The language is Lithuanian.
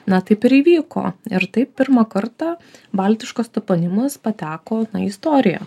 na taip ir įvyko ir taip pirmą kartą baltiškas toponimas pateko į istoriją